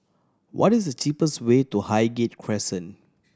what is the cheapest way to Highgate Crescent